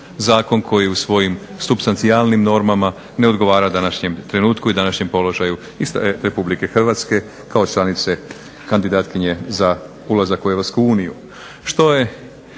zakon koji u svojim supstancijalnim normama ne odgovara današnjem trenutku i današnjem položaju Republike Hrvatske kao članice kandidatkinje za ulazak u Europsku uniju.